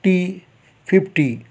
T fifty